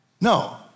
No